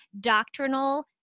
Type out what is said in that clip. doctrinal